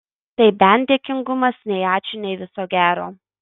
tai bent dėkingumas nei ačiū nei viso gero